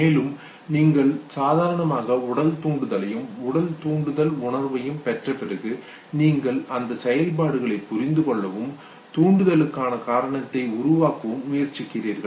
மேலும் நீங்கள் சாதாரணமாக உடல் தூண்டுதலையும் உடல் தூண்டுதல் உணர்வையும் பெற்ற பிறகு நீங்கள் அந்த செயல்பாடுகளை புரிந்து கொள்ளவும் தூண்டுதலுக்கான காரணத்தை உருவாக்கவும் முயற்சிக்கிறீர்கள்